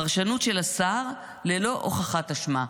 פרשנות של השר ללא הוכחת אשמה.